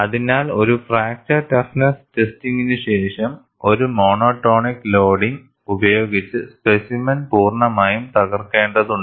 അതിനാൽ ഒരു fracture toughness ടെസ്റ്റിംഗിനുശേഷം ഒരു മോണോടോണിക് ലോഡിംഗ് ഉപയോഗിച്ച് സ്പെസിമെൻ പൂർണ്ണമായും തകർക്കേണ്ടതുണ്ട്